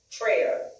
prayer